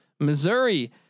Missouri